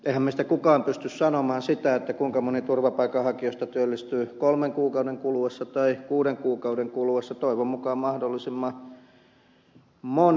eihän meistä kukaan pysty sanomaan sitä kuinka moni turvapaikanhakijoista työllistyy kolmen kuukauden kuluessa tai kuuden kuukauden kuluessa toivon mukaan mahdollisimman moni